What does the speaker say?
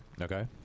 Okay